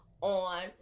on